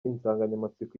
insanganyamatsiko